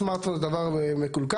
סמרטפון זה דבר מקולקל,